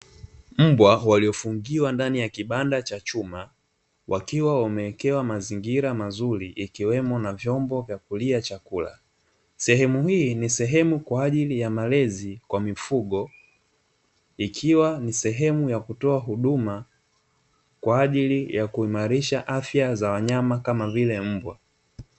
Mbwa waliofungiwa ndani kibanda cha chuma wakiwa wamewekewa mazingira mazuri ikiwemo na vyombo vya kulia chakula. Sehemu hii ni sehemu kwa ajili ya malezi kwa mifugo, ikiwa ni sehemu ya kutoa huduma kwa ajili ya kuimarisha afya za wanyama kama vile mbwa.